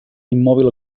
immòbil